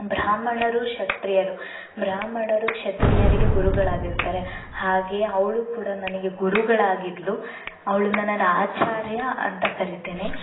ಬ್ರಾಹ್ಮಣರು ಕ್ಷತ್ರೀಯರು ಬ್ರಾಹ್ಮಣರು ಕ್ಷತ್ರೀಯರಿಗೆ ಗುರುಗಳಾಗಿರ್ತಾರೆ ಹಾಗೇ ಅವಳೂ ಕೂಡಾ ನನಗೆ ಗುರುಗಳಾಗಿದ್ಲು ಅವಳನ್ನ ನಾನು ಆಚಾರ್ಯ ಅಂತ ಕರೀತೇನೆ